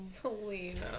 Selena